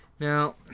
Now